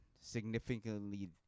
significantly